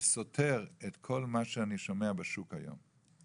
סותר את כל מה שאני שומע בשוק היום.